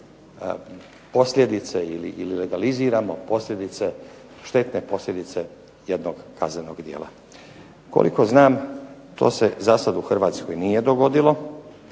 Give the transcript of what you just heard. posljedice ili legaliziramo štetne posljedice jednog kaznenog djela. Koliko znam to se zasad u Hrvatskoj nije dogodilo,